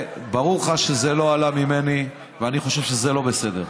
ברור לך שזה לא עלה ממני, ואני חושב שזה לא בסדר.